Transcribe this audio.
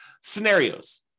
scenarios